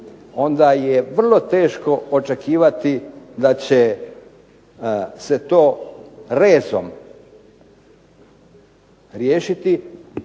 onda je vrlo teško očekivati da će se to rezom riješiti